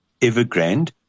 Evergrande